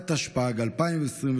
התשפ"ג 2023,